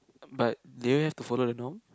but do you have to follow the norm